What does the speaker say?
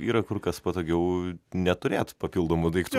yra kur kas patogiau neturėt papildomų daiktų